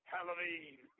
Halloween